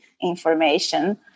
information